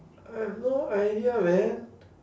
I have no idea man